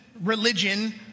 religion